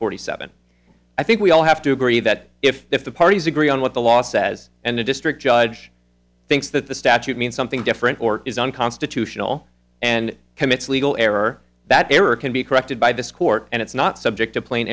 forty seven i think we all have to agree that if the parties agree on what the law says and the district judge thinks that the statute means something different or is unconstitutional and commits legal error that error can be corrected by discord and it's not subject to pla